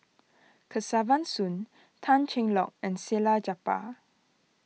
Kesavan Soon Tan Cheng Lock and Salleh Japar